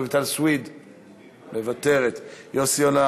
יהודה גליק,